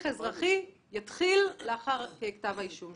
הליך אזרחי יתחיל לאחר הגשת כתב אישום.